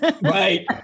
Right